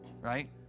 right